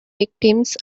victims